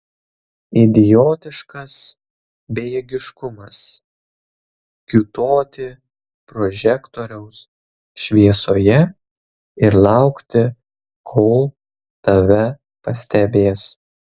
idiotiškas bejėgiškumas kiūtoti prožektoriaus šviesoje ir laukti kol tave pastebės